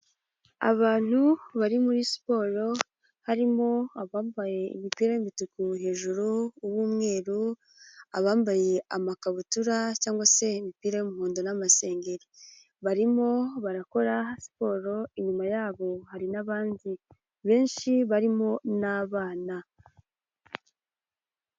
Abantu bari muri siporo, harimo abambaye ibite bituku hejuru, uw'umweru, abambaye amakabutura cyangwa se imipira y'umuhondo n'amasengeri, barimo barakora siporo, inyuma yabo hari n'abandi benshi barimo n'abana.